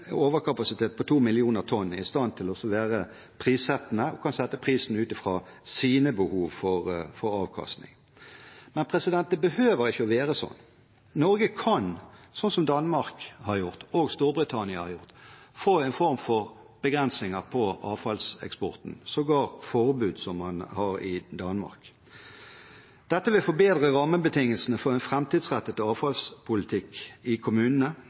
i stand til å være prissettende, og som kan sette prisen ut fra sine behov for avkastning. Det behøver ikke å være slik. Norge kan, slik som i Danmark og Storbritannia, få en form for begrensninger på avfallseksporten, sågar et forbud slik man har i Danmark. Dette vil forbedre rammebetingelsene for en framtidsrettet avfallspolitikk i kommunene.